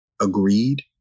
agreed